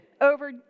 over